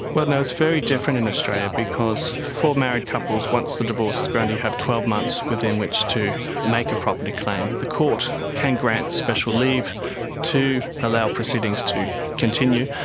no, it's very different in australia because for married couples, once the divorce is granted you have twelve months within which to make a property claim. the court can grant special leave to allow proceedings to continue.